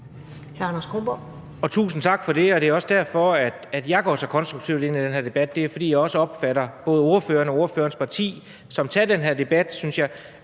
Tusind tak for det, og det er også derfor, jeg går så konstruktivt ind i den her debat – altså fordi jeg også opfatter både ordføreren og ordførerens parti som nogle, der tager den her debat, synes jeg,